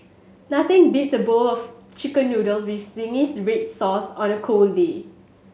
nothing beats a bowl of Chicken Noodles with zingy red sauce on a cold day